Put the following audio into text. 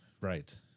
Right